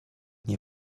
nie